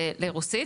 לרוסית,